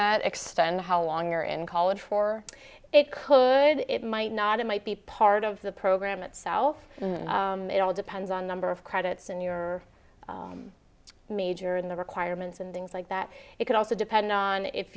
that extend how long you're in college for it could it might not it might be part of the program itself and it all depends on number of credits and your major in the requirements and things like that it could also depend on if